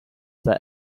their